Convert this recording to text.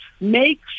make